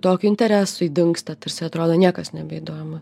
tokiu interesui dingsta tarsi atrodo niekas nebeįdomu